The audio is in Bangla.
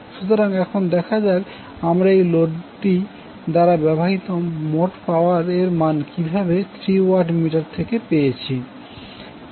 সুতরাং এখন দেখা যাক আমরা এই লোডটি দ্বারা ব্যবহৃত মোট পাওয়ার এর মান কীভাবে এই থ্রি ওয়াট মিটার থেকে পাছি